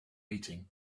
eating